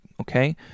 Okay